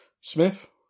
Smith